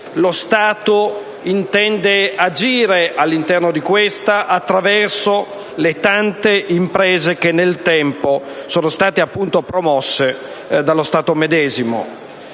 lo Stato intende agire all'interno di questa attraverso le tante imprese che nel tempo sono state da esso promosse, nello specifico